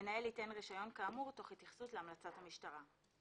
המנהל ייתן רישיון כאמור תוך התייחסות להמלצת המשטרה.